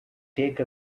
take